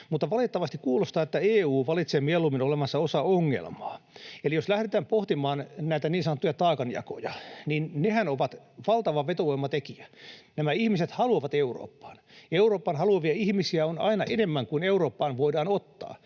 mutta valitettavasti kuulostaa, että EU valitsee mieluummin olevansa osa ongelmaa. Eli jos lähdetään pohtimaan näitä niin sanottuja taakanjakoja, niin nehän ovat valtava vetovoimatekijä. Nämä ihmiset haluavat Eurooppaan, ja Eurooppaan haluavia ihmisiä on aina enemmän kuin Eurooppaan voidaan ottaa.